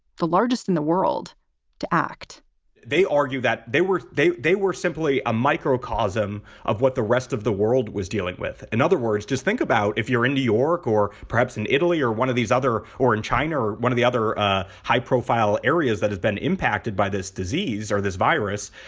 the largest in the world to act they argue that they were they they were simply a microcosm of what the rest of the world was dealing with. in and other words, just think about if you're in new york or perhaps in italy or one of these other or in china or one of the other high profile areas that have been impacted by this disease or this virus.